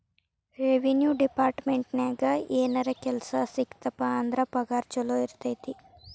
revenue ಡೆಪಾರ್ಟ್ಮೆಂಟ್ನ್ಯಾಗ ಏನರ ಕೆಲ್ಸ ಸಿಕ್ತಪ ಅಂದ್ರ ಪಗಾರ ಚೊಲೋ ಇರತೈತಿ